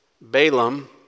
Balaam